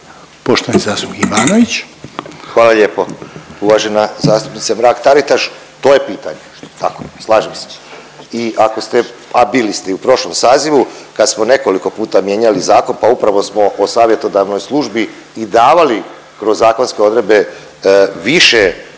Goran (HDZ)** Hvala lijepo uvažena zastupnice Mrak Taritaš to je pitanje, tako slažem se i ako ste, a bili ste i u prošlom sazivu kad smo nekoliko puta mijenjali zakon pa upravo smo o savjetodavnoj službi i davali kroz zakonske odredbe više slobode